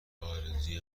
آرزوی